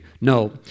No